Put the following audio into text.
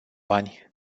bani